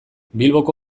bilboko